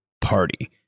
party